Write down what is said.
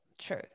true